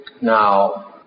now